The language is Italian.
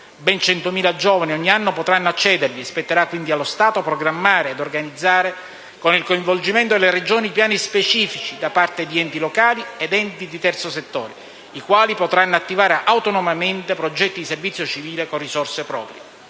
Ben 100.000 giovani ogni anno potranno accedervi e spetterà quindi allo Stato programmare ed organizzare, con il coinvolgimento delle Regioni, i piani specifici da parte di enti locali ed enti di terzo settore, i quali potranno attivare autonomamente progetti di servizio civile con risorse proprie.